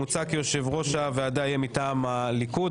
מוצע כי יושב-ראש הוועדה יהיה מטעם הליכוד,